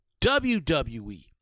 WWE